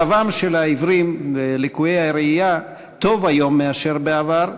מצבם של העיוורים ולקויי הראייה טוב היום משהיה בעבר.